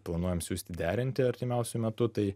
planuojam siųsti derinti artimiausiu metu tai